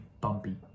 bumpy